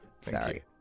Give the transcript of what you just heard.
Sorry